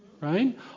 right